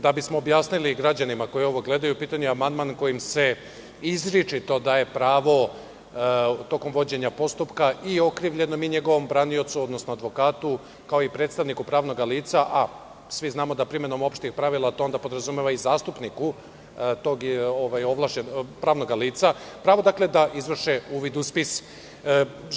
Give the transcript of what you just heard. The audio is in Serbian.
Da bismo objasnili građanima koji ovo gledaju, u pitanju je amandman kojim se izričito daje pravo, tokom vođenja postupka, i okrivljenom i njegovom braniocu, odnosno advokatu, kao i predstavniku pravnog lica, a svi znamo da primenom opštih pravila to onda podrazumeva i zastupniku tog pravnog lica, pravo da izvrše uvid u spise.